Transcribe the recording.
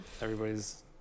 Everybody's